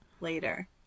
later